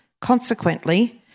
Consequently